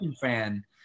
fan